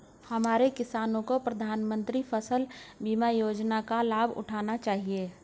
हमारे किसानों को प्रधानमंत्री फसल बीमा योजना का लाभ उठाना चाहिए